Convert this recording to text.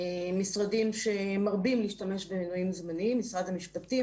המשרדים שמרבים להשתמש במינויים זמניים משרד המשפטים,